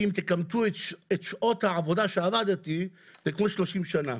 אם תקמטו את שעות העבודה שעבדתי, זה כמו 30 שנים.